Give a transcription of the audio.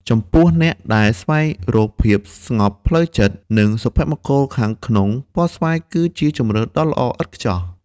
ចំពោះអ្នកដែលស្វែងរកភាពស្ងប់ផ្លូវចិត្ត និងសុភមង្គលខាងក្នុងពណ៌ស្វាយគឺជាជម្រើសដ៏ល្អឥតខ្ចោះ។